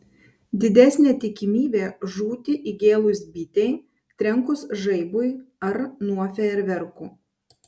didesnė tikimybė žūti įgėlus bitei trenkus žaibui ar nuo fejerverkų